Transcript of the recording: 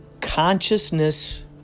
consciousness